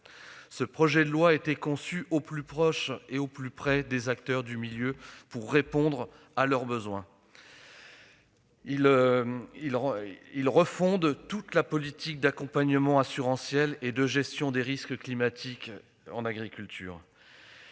Ce projet de loi a été conçu au plus près des acteurs du milieu afin de répondre à leurs besoins. Il refonde toute la politique d'accompagnement assurantiel et de gestion des risques climatiques en agriculture.